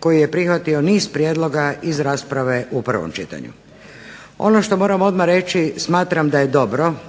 koji je prihvatio niz prijedloga iz rasprave u prvom čitanju. Ono što moram odmah reći smatram da je dobro